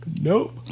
Nope